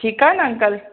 ठीकु आहे न अंकल